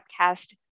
podcast